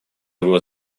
его